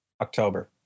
October